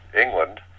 England